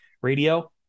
radio